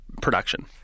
production